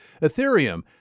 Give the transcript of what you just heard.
Ethereum